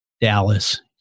Dallas